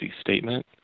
statement